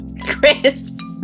Crisps